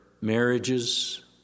marriages